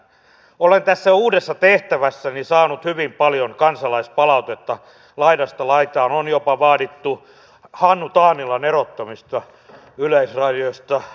olen tässä uudessa tehtävässäni saanut hyvin paljon kansalaispalautetta laidasta laitaan on jopa vaadittu hannu taanilan erottamista yleisradiosta